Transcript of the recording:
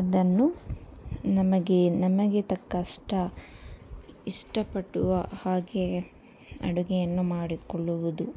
ಅದನ್ನು ನಮಗೆ ನಮಗೆ ತಕ್ಕಷ್ಟ ಇಷ್ಟ ಪಟ್ಟು ಹಾಗೆ ಅಡುಗೆಯನ್ನು ಮಾಡಿಕೊಳ್ಳುವುದು